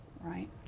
right